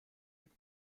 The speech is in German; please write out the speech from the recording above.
mit